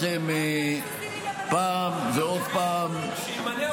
אני אומר לכם פעם ועוד פעם --- שימנה אותך,